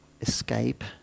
escape